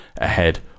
ahead